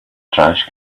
trash